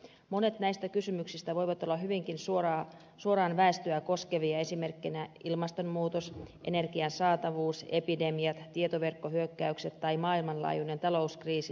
monet näistä kysymyksistä voivat olla hyvinkin suoraan väestöä koskevia esimerkkinä ilmastonmuutos energian saatavuus epidemiat tietoverkkohyökkäykset tai maailmanlaajuinen talouskriisi lieveilmiöineen